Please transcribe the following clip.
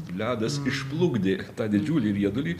ledas išplukdė tą didžiulį riedulį